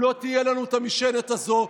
לא תהיה לנו את המשענת הזו.